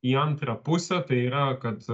į antrą pusę tai yra kad